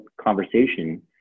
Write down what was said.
conversation